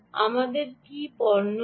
আমাদের কি পণ্য আছে